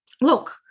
Look